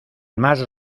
más